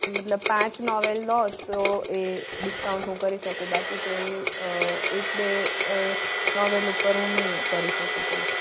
મતલબ પાંચ નોવેલ લો તો એ ડિસ્કાઉન્ટ હું કરી શકું બાકી તો એ એક બે નોવેલ ઉપર હું નહીં કરી શકું કંઈ